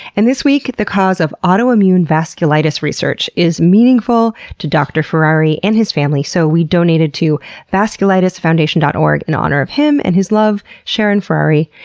and this week the cause of autoimmune vasculitis research is meaningful to dr. ferrari and his family. so we donated to vasculitisfoundation dot org in honor of him and his love, sharon ferrari.